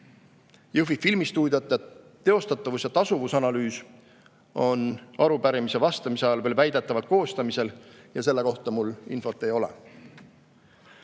Jõhvi filmistuudiote teostatavuse ja tasuvuse analüüs on arupärimisele vastamise ajal veel väidetavalt koostamisel ja selle kohta mul infot ei ole.